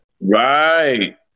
Right